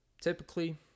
typically